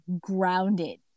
grounded